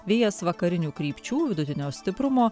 vėjas vakarinių krypčių vidutinio stiprumo